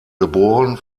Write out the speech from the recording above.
geboren